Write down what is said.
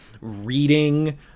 reading